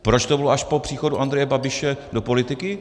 Proč to bylo až po příchodu Andreje Babiše do politiky?